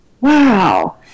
wow